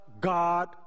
God